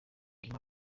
nyuma